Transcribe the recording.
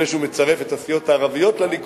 לפני שהוא מצרף את הסיעות הערביות לליכוד